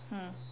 hmm